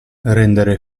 rendere